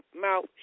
mouth